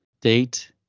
date